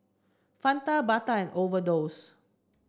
Fanta Bata and Overdose